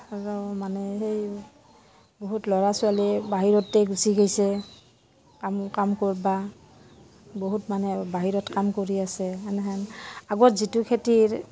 আৰু মানে সেই বহুত ল'ৰা ছোৱালীয়ে বাহিৰতে গুচি গৈছে কামো কাম কৰিব বহুত মানে বাহিৰত কাম কৰি আছে এনেহেন আগত যিটো খেতিৰ